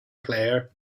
player